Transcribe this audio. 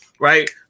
right